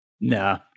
Nah